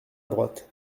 droite